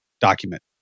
document